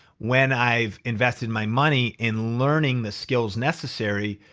when i've invested my money in learning the skills necessary,